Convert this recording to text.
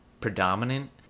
predominant